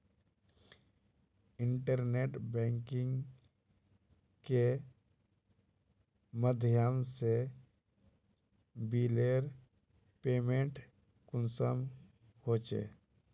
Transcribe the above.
Internet banking के माध्यम से बिलेर पेमेंट कुंसम होचे?